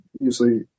usually